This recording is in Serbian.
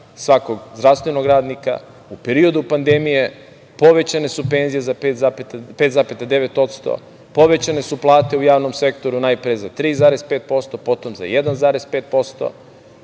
svakog zdravstvenog radnika. U periodu pandemije, povećane su penzije za 5,9%, povećane su plate u javnom sektoru najpre za 3,5%, potom za 1,5%,